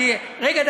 רגע,